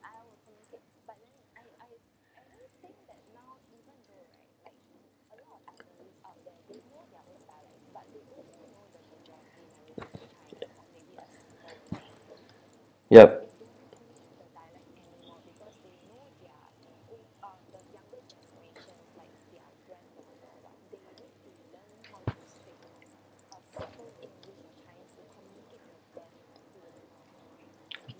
yup